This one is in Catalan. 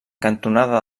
cantonada